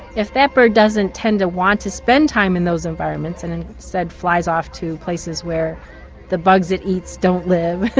if that bird doesn't tend to want to spend time in those environments and and instead flies off to places where the bugs it eats don't live,